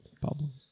problems